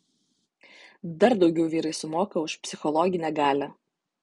dar daugiau vyrai sumoka už psichologinę galią